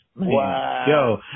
Wow